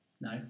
no